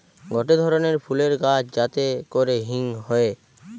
গটে ধরণের ফুলের গাছ যাতে করে হিং হয়ে